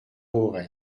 auray